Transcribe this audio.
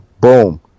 boom